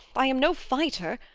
i am no fighter.